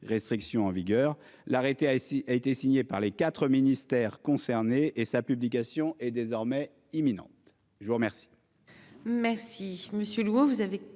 restrictions en vigueur l'arrêter a ici a été signé par les 4 ministères concernés et sa publication est désormais imminente. Je vous remercie.